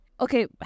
Okay